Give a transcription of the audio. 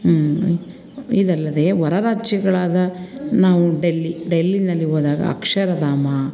ಇದಲ್ಲದೇ ಹೊರರಾಜ್ಯಗಳಾದ ನಾವು ಡೆಲ್ಲಿ ಡೆಲ್ಲಿಯಲ್ಲಿ ಹೋದಾಗ ಅಕ್ಷರಧಾಮ